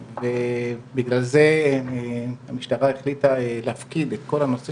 ובגלל זה המשטרה החליטה להפקיד את כל הנושא